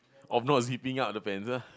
of not zipping up the pants ah